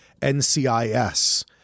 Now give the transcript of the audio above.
NCIS